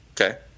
Okay